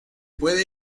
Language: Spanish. puede